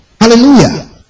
Hallelujah